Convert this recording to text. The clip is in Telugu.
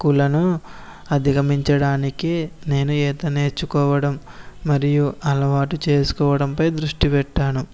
కులను అధిగమించడానికి నేను ఈత నేర్చుకోవడం మరియు అలవాటు చేసుకోవడం పై దృష్టి పెట్టాను